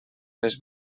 les